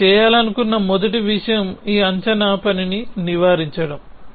మీరు చేయాలనుకున్న మొదటి విషయం ఈ అంచనా పనిని నివారించడం